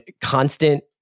constant